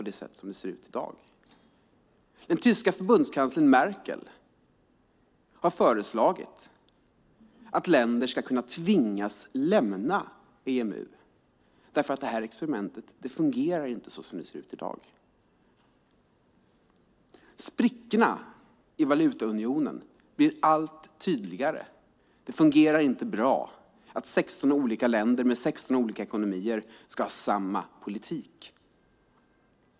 Den tyska förbundskanslern Merkel har föreslagit att länder ska kunna tvingas lämna EMU. Experimentet fungerar inte såsom det ser ut i dag. Sprickorna i valutaunionen blir allt tydligare. Det fungerar inte bra att 16 olika länder med 16 olika ekonomier ska ha samma politik.